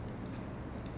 um